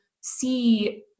see